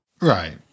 right